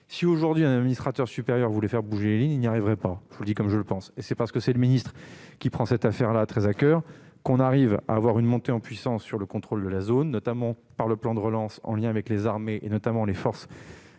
Si, aujourd'hui, un administrateur supérieur voulait faire bouger les lignes, il n'y arriverait pas. Je vous le dis comme je le pense. C'est parce que le ministre que je suis prend cette affaire très au sérieux que nous parvenons à une montée en puissance dans le contrôle de la zone, notamment grâce au plan de relance, en lien avec les armées, particulièrement les forces